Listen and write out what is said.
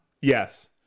Yes